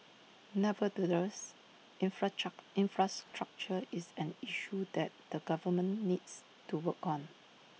nevertheless infrastructure is an issue that the government needs to work on